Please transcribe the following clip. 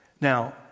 Now